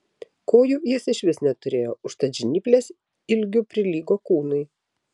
kojų jis išvis neturėjo užtat žnyplės ilgiu prilygo kūnui